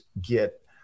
get